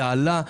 זה עלה,